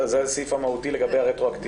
זה הסעיף המהותי לגבי הרטרואקטיביות.